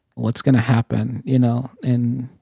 what's going to happen, you know? and